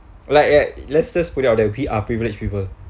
like at lets just put it out there we are privileged people